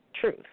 truth